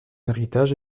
héritage